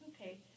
Okay